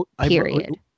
period